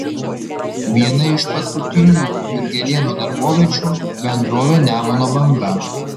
viena iš paskutinių jurgelėno darboviečių bendrovė nemuno banga